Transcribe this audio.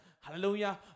Hallelujah